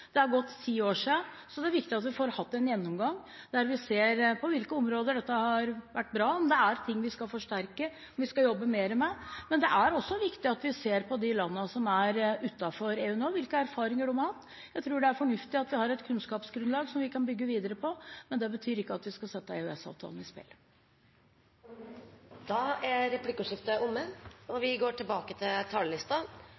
Det er snart ti år siden, så det er viktig at vi får en gjennomgang der vi ser på hvilke områder dette har vært bra, og om det er ting vi skal forsterke eller jobbe mer med, men det er også viktig at vi ser på hvilke erfaringer de landene som er utenfor EU, har hatt. Jeg tror det er fornuftig at vi har et kunnskapsgrunnlag som vi kan bygge videre på, men det betyr ikke at vi skal sette EØS-avtalen i spill. Replikkordskiftet er omme.